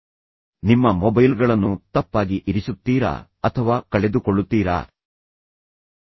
ಈ ದಿನಗಳಲ್ಲಿ ಮೊಬೈಲ್ಗಳು ನೀವು ನಿಮ್ಮ ಮೊಬೈಲ್ಗಳನ್ನು ತಪ್ಪಾಗಿ ಇರಿಸುತ್ತೀರಾ ಅಥವಾ ನೀವು ಆಗಾಗ್ಗೆ ನಿಮ್ಮ ಮೊಬೈಲ್ ಅನ್ನು ಕಳೆದುಕೊಳ್ಳುತ್ತೀರಾ